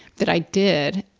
that i did.